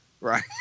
Right